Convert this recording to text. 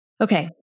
Okay